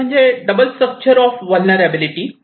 पहिले म्हणजे double structure of vulnerability